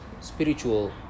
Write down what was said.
spiritual